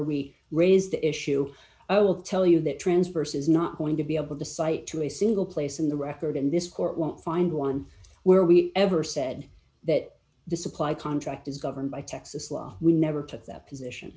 we raised the issue i will tell you that transverse is not going to be able to cite to a single place in the record in this court won't find one where we ever said that the supply contract is governed by texas law we never took that position